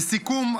לסיכום,